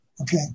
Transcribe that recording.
Okay